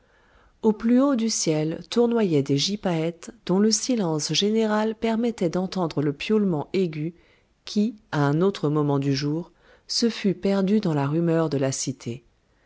au plus haut du ciel tournoyaient des gypaètes dont le silence général permettait d'entendre le piaulement aigu qui à un autre moment du jour se fût perdu dans la rumeur de la cité